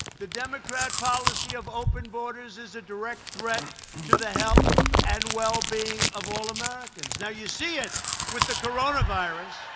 the democrat policy of open borders is a direct threat to the health and well-being of all americans. now you see it with the coronavirus,